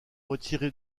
retiré